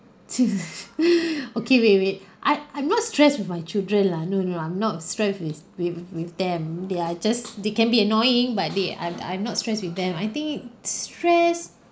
okay wait wait I I'm not stress with my children lah no no I'm not stress with with with them they are just they can be annoying but they I'm I'm not stress with them I think stress